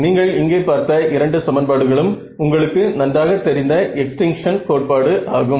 நீங்கள் இங்கே பார்த்த இரண்டு சமன்பாடுகளும் உங்களுக்கு நன்றாக தெரிந்த எக்ஸிடிங்சன் கோட்பாடு ஆகும்